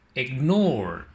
ignore